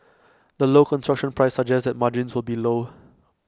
the low construction price suggests that margins will be low